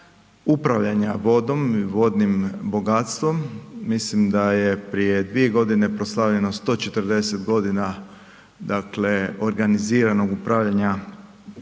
upravljanja vodom i vodnim bogatstvom, mislim da je prije 2 g. proslavljeno 140 g. organiziranog upravljanja vodama